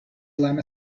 llama